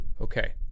Okay